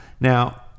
now